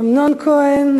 אמנון כהן?